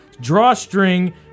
drawstring